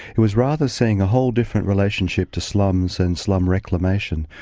it was rather seeing a whole different relationship to slums and slum reclamation.